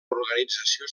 organització